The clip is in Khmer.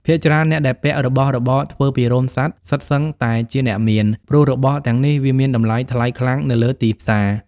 ភាគច្រើនអ្នកដែលពាក់របស់របរធ្វើពីរោមសត្វសុទ្ធសឹងតែជាអ្នកមាន ព្រោះរបស់ទាំងនេះវាមានតម្លៃថ្លៃខ្លាំងនៅលើទីផ្សារ។